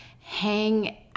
hang